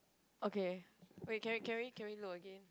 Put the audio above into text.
okay wait can we can we can we load again